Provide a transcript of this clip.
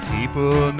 People